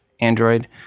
Android